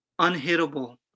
unhittable